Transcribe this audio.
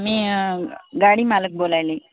मी गाडी मालक बोलायली